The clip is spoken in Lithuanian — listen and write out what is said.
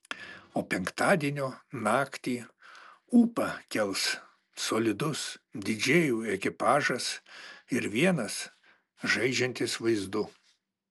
o penktadienio naktį ūpą kels solidus didžėjų ekipažas ir vienas žaidžiantis vaizdu